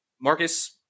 Marcus